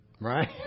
Right